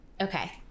Okay